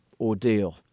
ordeal